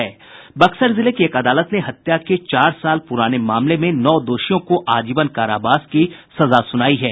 बक्सर जिले की एक अदालत ने हत्या के चार साल पुराने मामले में नौ दोषियों को आजीवन कारावास की सजा सुनाई है